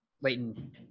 Leighton